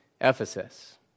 Ephesus